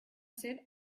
ser